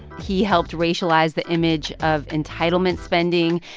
he helped racialize the image of entitlement spending.